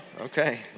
okay